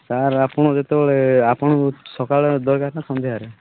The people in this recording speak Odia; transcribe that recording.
ସାର୍ ଆପଣ ଯେତେବଳେ ଆପଣଙ୍କୁ ସକାଳେ ଦରକାର ନା ସନ୍ଧ୍ୟାରେ